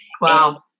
Wow